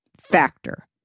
Factor